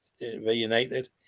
reunited